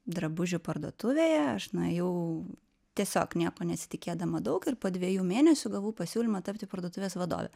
drabužių parduotuvėje aš nuėjau tiesiog nieko nesitikėdama daug ir po dviejų mėnesių gavau pasiūlymą tapti parduotuvės vadove